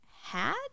hat